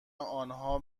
آنها